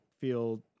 feel